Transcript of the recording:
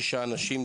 שישה אנשים,